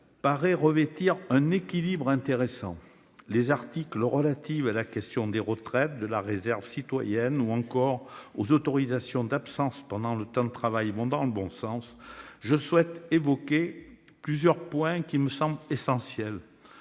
paraît revêtir un équilibre intéressant. Les articles relatifs à la question des retraites, de la réserve citoyenne ou encore aux autorisations d'absence pendant le temps de travail vont dans le bon sens. Je souhaite évoquer plusieurs points qui me semblent essentiels,